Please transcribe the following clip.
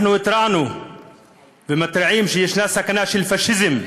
אנחנו התרענו ומתריעים שיש סכנה של פאשיזם,